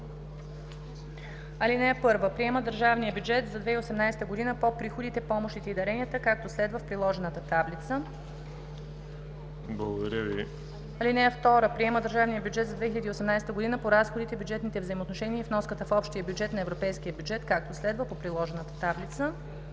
„Чл. 1. (1) Приема държавния бюджет за 2018 г. по приходите, помощите и даренията, както следва: в приложената таблица. „(2) Приема държавния бюджет за 2018 г. по разходите, бюджетните взаимоотношения и вноската в общия бюджет на Европейския съюз, както следва:“ в приложената таблица.